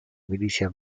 milicia